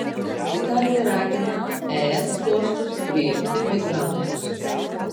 italija ragina es uostus priimti migrantus